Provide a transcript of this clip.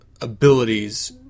abilities